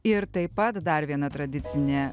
ir taip pat dar viena tradicinė